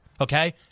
Okay